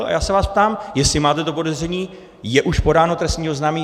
A já se vás ptám, jestli máte to podezření, je už podáno trestní oznámení?